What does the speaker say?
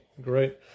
Great